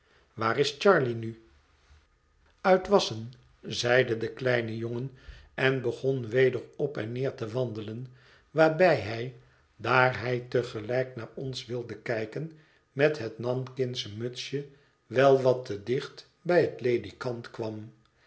waar is charley nu uit wasschen zeide de kleine jongen en begon weder op en neer te wandelen waarbij hij daar hij te gelijk naar ons wilde kijken met het nankingsche mutsje wel wat te dicht bij het ledikant kwam